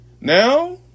Now